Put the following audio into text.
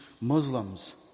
Muslims